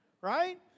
right